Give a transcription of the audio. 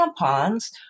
tampons